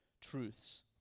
truths